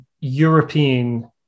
European